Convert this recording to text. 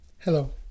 Hello